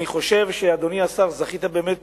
אני חושב, אדוני השר, שזכית באמת